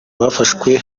bafashwe